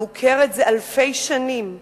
המוכרת זה אלפי שנים,